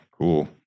cool